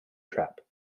trap